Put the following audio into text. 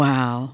Wow